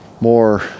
more